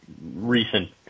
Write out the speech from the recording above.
recent